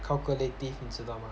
calculative 你知道吗